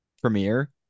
premiere